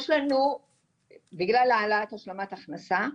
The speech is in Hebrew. בגלל העלאת השלמת ההכנסה,